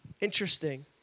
Interesting